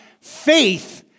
faith